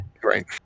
great